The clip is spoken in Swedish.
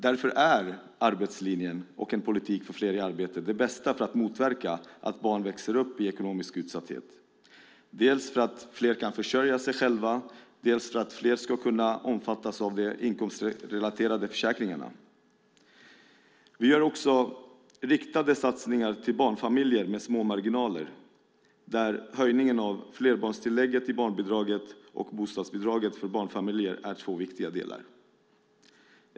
Därför är arbetslinjen och en politik för fler i arbete det bästa för att motverka att barn växer upp i ekonomisk utsatthet, dels för att fler kan försörja sig själva, dels för att fler ska kunna omfattas av de inkomstrelaterade försäkringarna. Vi gör riktade satsningar till barnfamiljer med små marginaler, där höjningen av flerbarnstillägget i barnbidraget och bostadsbidraget för barnfamiljer är två viktiga delar.